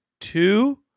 Two